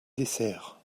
desserts